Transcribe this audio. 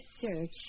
search